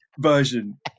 version